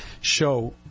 show